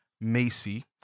Macy